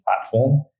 platform